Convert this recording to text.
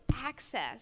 access